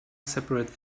seperate